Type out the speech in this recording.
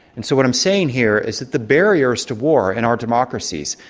and so what i'm saying here is that the barriers to war in our democracies,